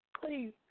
please